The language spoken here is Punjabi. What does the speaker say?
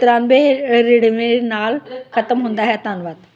ਤਰਾਨਵੇਂ ਨੜਿਨਵੇਂ ਨਾਲ ਖਤਮ ਹੁੰਦਾ ਹੈ ਧੰਨਵਾਦ